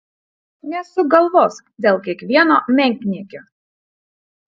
nesuk galvos dėl kiekvieno menkniekio